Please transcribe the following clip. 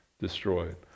destroyed